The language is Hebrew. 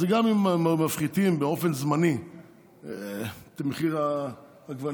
אז גם אם מפחיתים באופן זמני את מחיר העגבנייה,